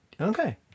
okay